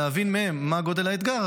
כדי להבין מהם מה גודל האתגר,